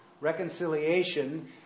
Reconciliation